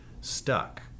stuck